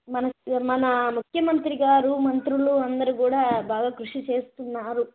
మన మన ముఖ్యమంత్రిగారూ మంత్రులు అందరూ కూడా బాగా కృషి చేస్తున్నారు